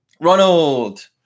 Ronald